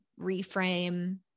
reframe